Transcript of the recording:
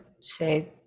say